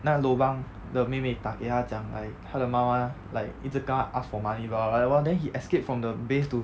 那 lobang 的妹妹打给他讲 like 他的妈妈 like 一直跟她 ask for money blah blah like !wah! then he escape from the base to